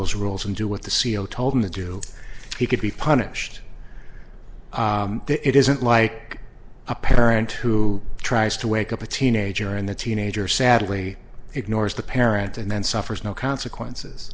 those rules and do what the c e o told him to do he could be punished it isn't like a parent who tries to wake up a teenager and the teenager sadly ignores the parent and then suffers no consequences